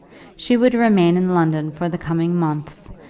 she would remain in london for the coming months,